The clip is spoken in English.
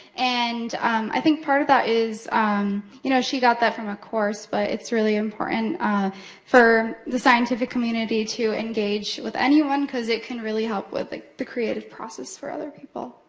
and i think part of that is you know she got that from a course, but it's really important for the scientific community to engage with anyone, cause it can really help with ah the creative process for other people.